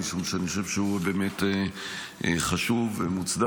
משום שאני חושב שהוא חשוב ומוצדק.